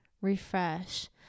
refresh